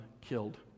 killed